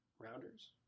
Rounders